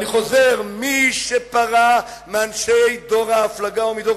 אני חוזר: מי שפרע מאנשי דור הפלגה ומדור